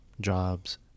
jobs